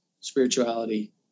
spirituality